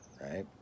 right